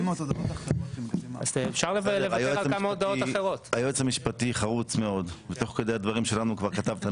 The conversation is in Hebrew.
את הסעיף שלגבי הטבות לא